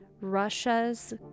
Russia's